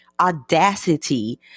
audacity